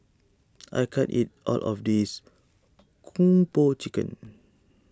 I can't eat all of this Kung Po Chicken